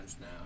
now